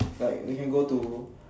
like we can go to